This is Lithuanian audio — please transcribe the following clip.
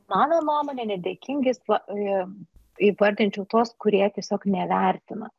mano nuomone nedėkingais pa įvardinčiau tuos kurie tiesiog nevertina